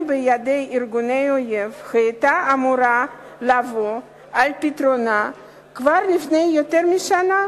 בידי ארגוני אויב היתה אמורה לבוא על פתרונה כבר לפי יותר משנה,